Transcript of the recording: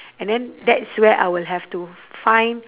and then that's where I will have to find